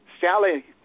Sally